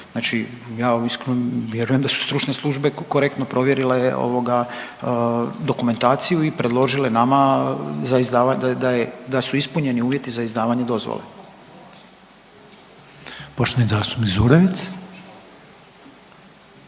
Znači ja vam iskreno vjerujem da su stručne službe korektno provjerile dokumentaciju i predložile nama da su ispunjeni uvjeti za izdavanje dozvole. **Reiner,